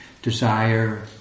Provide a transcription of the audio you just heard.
Desire